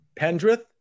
Pendrith